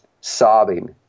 sobbing